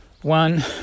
One